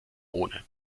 ohne